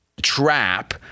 Trap